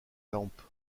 lampe